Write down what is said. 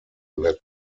that